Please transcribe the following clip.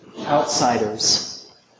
outsiders